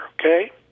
okay